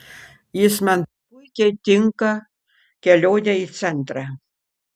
jis man puikiai tinka kelionei į centrą